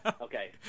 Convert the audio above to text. Okay